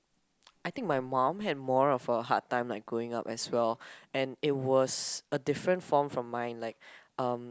I think my mum had more of a hard time like growing up as well and it was a different form from mine like um